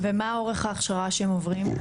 ומה אורך ההכשרה שהם עוברים?